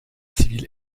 civile